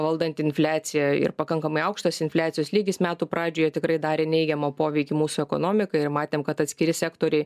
valdant infliacija ir pakankamai aukštas infliacijos lygis metų pradžioje tikrai darė neigiamą poveikį mūsų ekonomikai ir matėm kad atskiri sektoriai